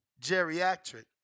Geriatric